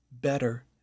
better